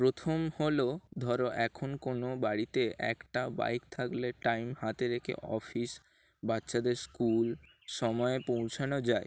প্রথম হলো ধরো এখন কোনো বাড়িতে একটা বাইক থাকলে টাইম হাতে রেখে অফিস বাচ্চাদের স্কুল সময়ে পৌঁছানো যায়